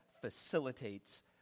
facilitates